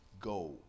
go